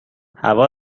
هوا